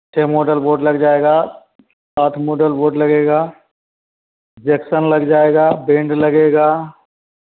छः model board लग जाएगा आठ मॉडेल बोर्ड लगेगा जेक्शन लग जाएगा बेंड लगेगा